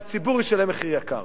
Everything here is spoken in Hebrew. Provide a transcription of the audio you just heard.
והציבור ישלם מחיר יקר.